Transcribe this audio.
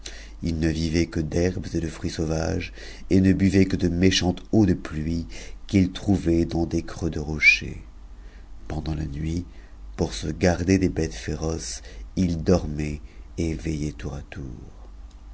personnes ne vivaient que d'herbes et de fruits sauvages et ne buvaient que de chante eau de pluie qu'ils trouvaient dans des creux de rochers pc la nuit pour se garder des bêtes féroces ils dormaient et vciitatc n tour